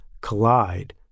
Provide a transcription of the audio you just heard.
collide